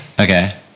Okay